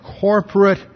corporate